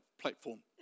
platform